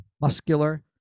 muscular